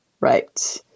Right